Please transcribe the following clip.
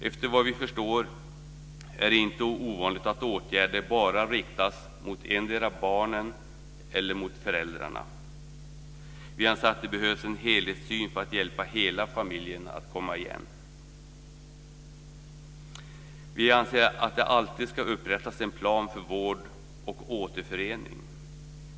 Enligt vad vi förstår är det inte ovanligt att åtgärderna bara riktas mot endera barnen eller föräldrarna. Vi anser att det behövs en helhetssyn för att hjälpa hela familjen att komma igen. Vi anser att det alltid ska upprättas en plan för vård och återförening.